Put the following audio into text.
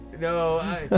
no